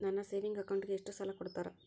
ನನ್ನ ಸೇವಿಂಗ್ ಅಕೌಂಟಿಗೆ ಎಷ್ಟು ಸಾಲ ಕೊಡ್ತಾರ?